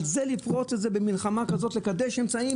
על זה לפרוץ במלחמה כזאת, לקדש אמצעים?